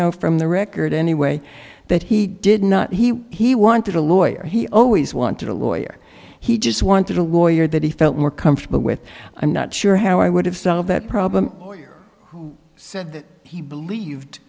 know from the record anyway that he did not he wanted a lawyer he always wanted a lawyer he just wanted a lawyer that he felt more comfortable with i'm not sure how i would have solved that problem or said he believed